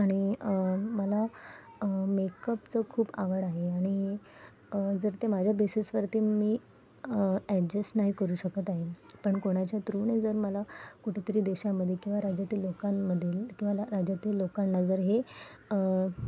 आणि मला मेकअपचं खूप आवड आहे आणि जर ते माझ्या बेसिसवरती मी ॲडजेस्ट नाही करू शकत आहे पण कोणाच्या त्रूने जर मला कुठेतरी देशामध्ये किंवा राज्यातील लोकांमधील किंवा राज्यातील लोकांना जर हे